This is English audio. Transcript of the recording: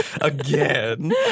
again